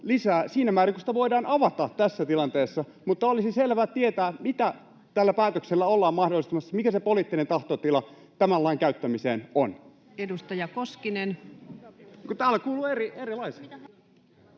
siinä määrin kuin sitä voidaan avata tässä tilanteessa. Olisi selvä tieto, mitä tällä päätöksellä ollaan mahdollistamassa ja mikä se poliittinen tahtotila tämän lain käyttämiseen on. [Sanna Antikaisen välihuuto] [Speech